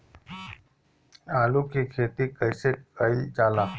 आलू की खेती कइसे कइल जाला?